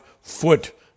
foot